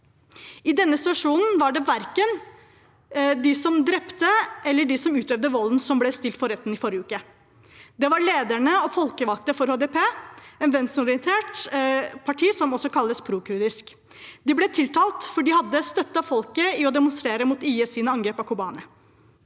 I denne situasjonen var det verken de som drepte, eller de som utøvde volden, som ble stilt for retten i forrige uke. Det var lederne og folkevalgte for HDP, et venstreorientert parti som også kalles prokurdisk. De ble tiltalt fordi de hadde støttet folket i å demonstrere mot IS’ angrep mot Kobane.